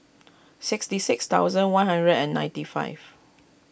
sixty six thousand one hundred and ninety five